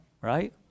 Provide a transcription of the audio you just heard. right